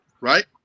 right